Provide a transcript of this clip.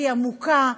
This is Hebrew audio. היא עמוקה.